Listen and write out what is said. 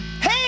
Hey